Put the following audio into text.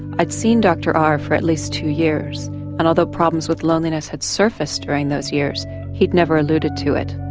i'd seen dr r for at least two years and although problems with loneliness had surfaced during those years he'd never alluded to it.